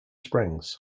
springs